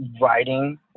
writing